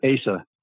Asa